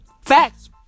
Facts